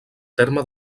terme